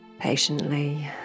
patiently